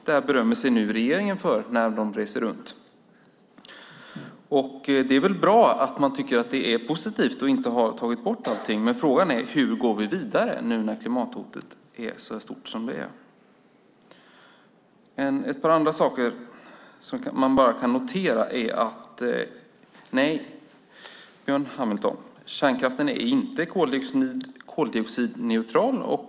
Det berömmer sig nu regeringen av när de reser runt. Det är bra att man tycker att det är positivt att inte ha tagit bort allting, men frågan är hur vi går vidare nu när klimathotet är så stort som det är. Det finns ett par andra saker som man bara kan notera. Nej, Björn Hamilton, kärnkraften är inte koldioxidneutral.